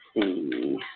see